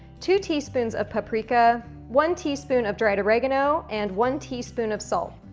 two teaspoons of paprika, one teaspoon of dried oregano, and one teaspoon of salt.